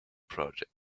project